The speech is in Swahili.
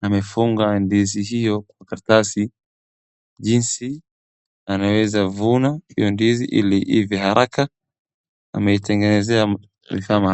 Amefunga ndizi hilo karasati, jinsi anaweza vuna hiyo ndizi ili iive haraka ameitengenezea kifaa maalum.